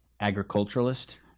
agriculturalist